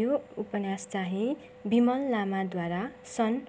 यो उपन्यास चाहिँ बिमल लामाद्वारा सन्